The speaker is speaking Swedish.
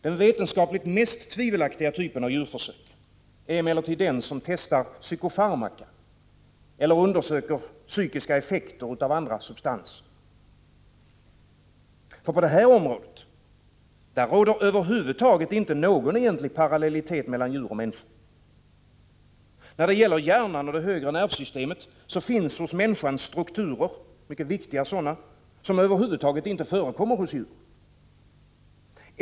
Den vetenskapligt mest tvivelaktiga typen av djurförsök är emellertid den som testar psykofarmaka eller undersöker psykiska effekter av andra substanser. På det området råder över huvud taget inte någon egentlig parallellitet mellan djur och människor. När det gäller hjärnan och det högre nervsystemet finns hos människan strukturer, mycket viktiga sådana, som över huvud inte förekommer hos djur.